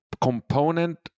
component